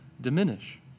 diminish